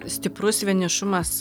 stiprus vienišumas